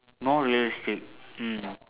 more realistic mm